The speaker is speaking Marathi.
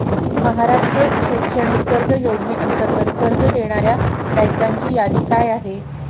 महाराष्ट्र शैक्षणिक कर्ज योजनेअंतर्गत कर्ज देणाऱ्या बँकांची यादी काय आहे?